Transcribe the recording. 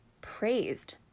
praised